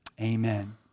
Amen